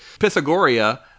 Pythagoria